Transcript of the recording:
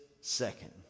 second